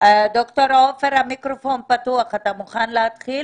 ד"ר עופר, המיקרופון פתוח אתה מוכן להתחיל?